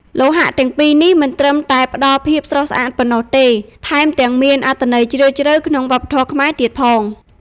លោហៈទាំងពីរនេះមិនត្រឹមតែផ្តល់ភាពស្រស់ស្អាតប៉ុណ្ណោះទេ ថែមទាំងមានអត្ថន័យជ្រាលជ្រៅក្នុងវប្បធម៌ខ្មែរទៀតផង។